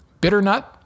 bitternut